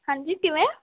ਹਾਂਜੀ ਕਿਵੇਂ